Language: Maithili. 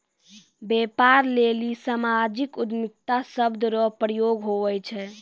व्यापार लेली सामाजिक उद्यमिता शब्द रो प्रयोग हुवै छै